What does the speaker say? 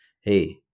hey